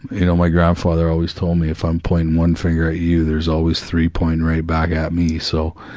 you know, my grandfather always told me if i'm pointing one finger at you, there's always three pointing right back at me, so,